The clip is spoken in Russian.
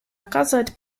оказывать